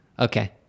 Okay